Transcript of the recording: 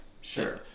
sure